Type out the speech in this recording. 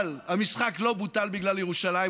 אבל המשחק לא בוטל בגלל ירושלים,